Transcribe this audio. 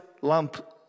lamp